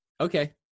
okay